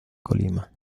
colima